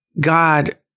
God